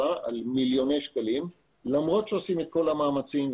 על מיליוני שקלים למרות שעושים את כל המאמצים,